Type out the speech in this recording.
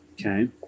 Okay